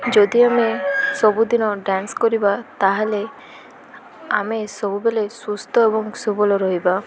ଯଦି ଆମେ ସବୁଦିନ ଡ଼୍ୟାନ୍ସ କରିବା ତାହେଲେ ଆମେ ସବୁବେଲେ ସୁସ୍ଥ ଏବଂ ସବଲ ରହିବା